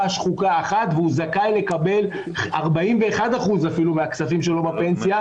שחוקה אחת והוא זכאי לקבל 41% אפילו מהכספים שלו בפנסיה,